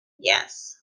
yes